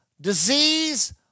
disease